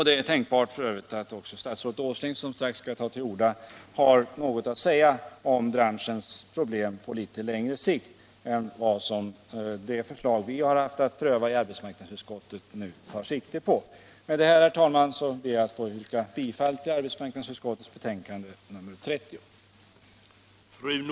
Det är väl möjligt att statsrådet Åsling, som strax skall ta till orda, har något att säga om branschens problem på litet längre sikt än det förslag som vi nu har haft att pröva i arbetsmarknadsutskottet syftar till. Herr talman! Med det anförda yrkar jag bifall till utskottets hemställan i arbetsmarknadsutskottets betänkande 1976/77:30.